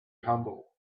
humble